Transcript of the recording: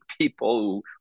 people